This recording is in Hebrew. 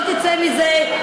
לא תצא מזה,